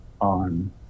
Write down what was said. on